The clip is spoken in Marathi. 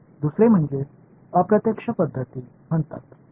दुसरे म्हणजे अप्रत्यक्ष पद्धती म्हणतात बरोबर